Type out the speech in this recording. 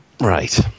right